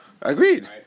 Agreed